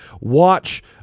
watch